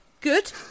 good